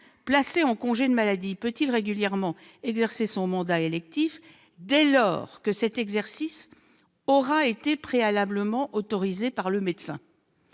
placé en congé de maladie peut-il régulièrement exercer son mandat électif, dès lors que cet exercice aura été préalablement autorisé par le médecin.